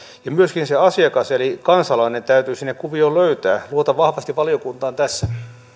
myöskin se asiakas eli kansalainen täytyy sinne kuvioon löytää luotan vahvasti valiokuntaan tässä